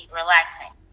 relaxing